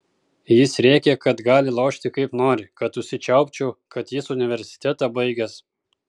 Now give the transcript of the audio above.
jis rėkė kad gali lošti kaip nori kad užsičiaupčiau kad jis universitetą baigęs